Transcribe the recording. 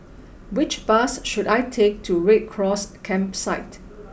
which bus should I take to Red Cross Campsite